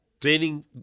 training